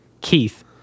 Keith